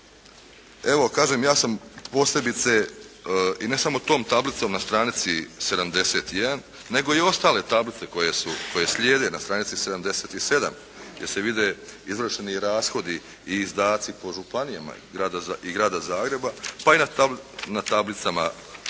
kažem, ja sam posebice i ne samo tom tablicom na stranici 71 nego i ostale tablice koje slijede na stranici 77 gdje se vide izvršeni rashodi i izdaci po županijama i Grada Zagreba, pa i na tablicama prije